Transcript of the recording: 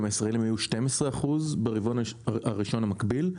הישראלים היו 12% ברבעון הראשון המקביל,